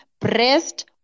Breast